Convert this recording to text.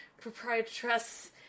proprietress